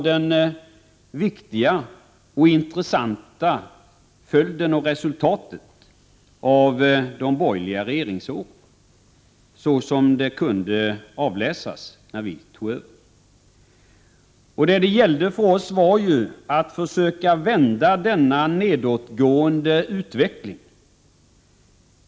den viktiga och intressanta följden och resultatet av de borgerliga regeringsåren, såsom de kunde avläsas när vi tog över. För oss gällde det att försöka vända denna nedåtgående utveckling.